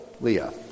Leah